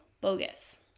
bogus